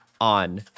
on